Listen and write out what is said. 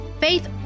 faith